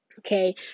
Okay